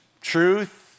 truth